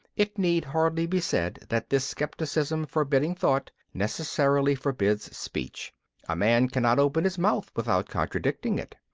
it need hardly be said that this scepticism forbidding thought necessarily forbids speech a man cannot open his mouth without contradicting it.